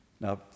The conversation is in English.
Now